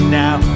now